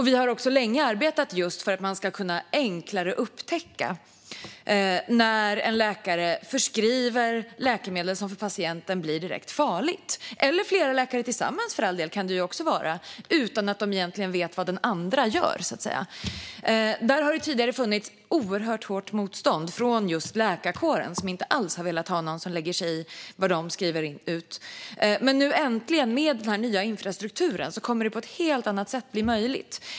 Vi har också länge arbetat just för att man enklare ska kunna upptäcka när en läkare förskriver läkemedel så att det för patienten blir direkt farligt. Det kan för all del också vara flera läkare tillsammans som gör det, utan att de egentligen vet vad den andra gör, så att säga. Där har det tidigare funnits ett oerhört hårt motstånd från just läkarkåren, som inte alls har velat att någon lägger sig i vad de skriver ut. Men nu äntligen, med den nya infrastrukturen, kommer det att på ett helt annat sätt bli möjligt.